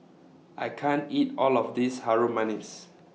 I can't eat All of This Harum Manis